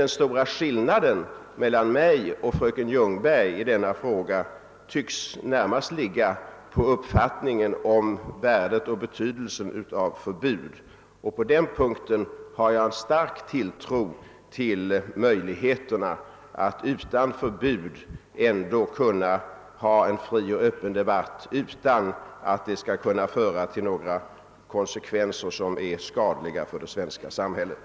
Den stora skillnaden mellan mig och fröken Ljungberg i denna fråga tycks närmast gälla uppfattningen om värdet och betydelsen av förbud. Jag har en stark tilltro till möjligheterna att utan förbud ha en fri och öppen debatt utan att detfa skall behöva medföra några konsekvenser som är skadliga för det svenska samhället.